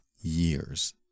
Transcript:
years